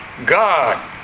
God